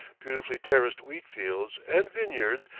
beautifully terraced wheat-fields and vineyards,